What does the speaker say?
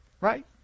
Right